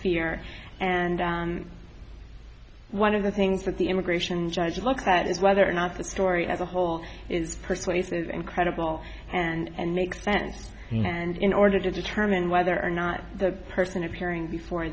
fear and one of the things that the immigration judge looks at is whether or not the story as a whole is persuasive and credible and make sense and in order to determine whether or not the person appearing before